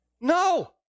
No